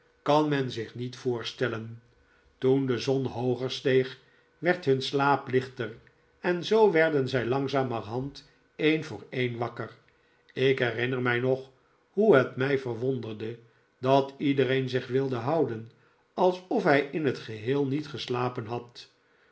kan men zich niet voorstellen toen de zon hooger steeg werd hun slaap lichter en zoo werden zij langzamerhand een voor een wakker ik herinner mij nog hoe het mij verwonderde dat iedereen zich wilde houden alsof hij in het geheel niet geslapen had